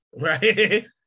right